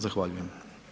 Zahvaljujem.